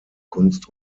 kunst